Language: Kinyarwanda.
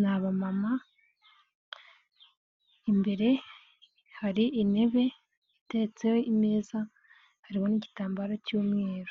ni abamama imbere hari intebe itetseritseho imeza harimo n'igitambaro cy'umweru.